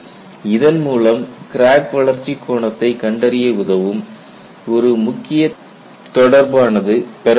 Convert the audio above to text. இதன் மூலம் கிராக் வளர்ச்சி கோணத்தை கண்டறிய உதவும் முக்கியமான ஒரு தொடர்பானது பெறப்படுகிறது